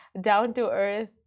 down-to-earth